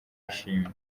ishimwe